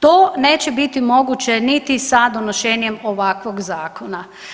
To neće biti moguće niti sa donošenjem ovakvog zakona.